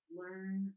learn